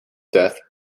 death